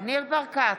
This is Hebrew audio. ניר ברקת,